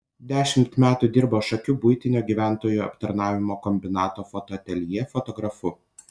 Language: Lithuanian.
dešimt metų dirbo šakių buitinio gyventojų aptarnavimo kombinato fotoateljė fotografu